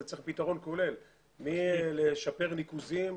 צריך פתרון כולל משיפור ניקוזים,